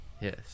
Yes